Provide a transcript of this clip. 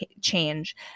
change